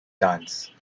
dance